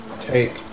take